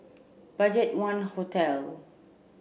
BudgetOne Hotel